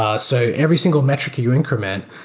ah so every single metric you increment,